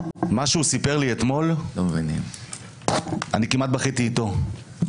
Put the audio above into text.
ומה שהוא סיפר לי אתמול, אני כמעט בכיתי אתמול.